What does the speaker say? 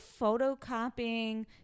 photocopying